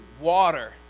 water